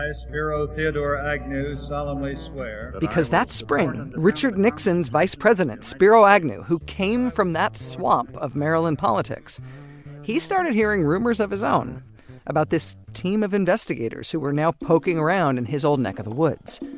ah spiro theodore agnew solemnly swear. because that spring, richard nixon's vice president spiro agnew who came from this swamp of maryland politics he started hearing rumors of his own about this team of investigators who were now poking around in his old neck of the woods.